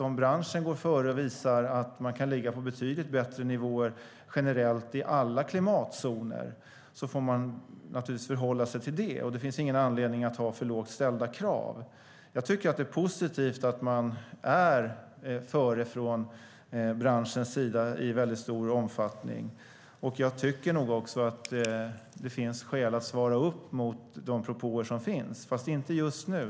Om branschen går före och visar att man kan ligga på betydligt bättre nivåer generellt i alla klimatzoner får man förhålla sig till det. Det finns ingen anledning att ha för lågt ställda krav. Det är positivt att man är före från branschens sida i väldigt stor omfattning. Jag tycker nog också att det finns skäl att svara upp mot de propåer som finns, fast inte just nu.